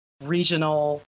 regional